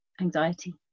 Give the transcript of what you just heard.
anxiety